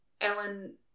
Ellen